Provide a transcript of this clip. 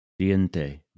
Diente